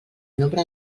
nombre